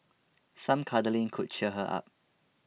some cuddling could cheer her up